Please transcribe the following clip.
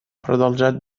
продолжать